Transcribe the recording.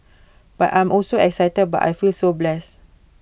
but I'm also excited but I feel so blessed